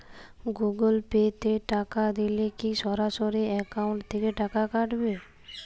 Google Pay তে টাকা দিলে কি সরাসরি অ্যাকাউন্ট থেকে টাকা কাটাবে?